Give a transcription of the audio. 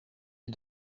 est